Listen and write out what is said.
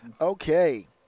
Okay